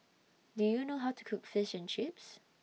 Do YOU know How to Cook Fish and Chips